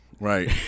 right